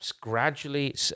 gradually